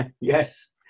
Yes